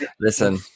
listen